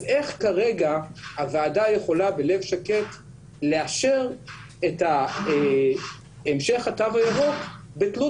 אז איך כרגע הוועדה יכולה בלב שקט לאשר את המשך התו הירוק בתלות